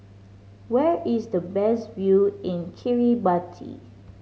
where is the best view in Chiribati